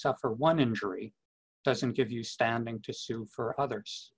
suffer one injury doesn't give you standing to sue for others